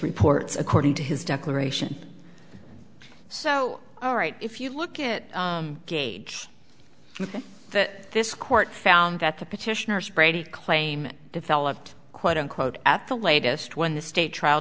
reports according to his declaration so all right if you look at gage that this court found that the petitioners brady claim developed quote unquote at the latest when the state trial